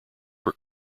were